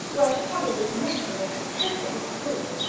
while polly was messing like a perfect little fool.